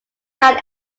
than